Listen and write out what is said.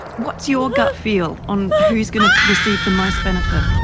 what's your gut feel on who is going to receive the most benefit?